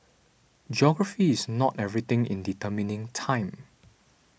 geography is not everything in determining time